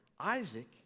Isaac